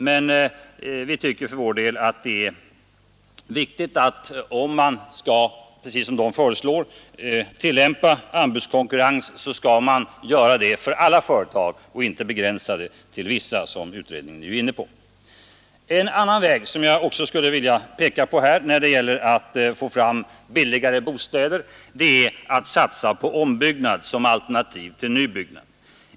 Men det är naturligtvis viktigt att kravet på anbudskonkurrens gäller alla företag och inte begränsas till vissa, som utredningen är inne på Ett annat sätt att få fram billigare bostäder är att satsa på ombyggnad som alternativ till nybyggnad.